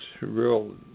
real